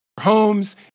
homes